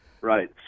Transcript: Right